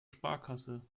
sparkasse